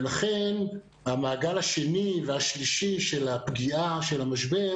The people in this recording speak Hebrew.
ולכן המעגל השני והשלישי של הפגיעה של המשבר